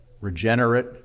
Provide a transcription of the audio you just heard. regenerate